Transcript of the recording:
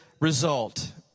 result